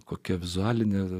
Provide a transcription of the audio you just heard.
kokia vizualinė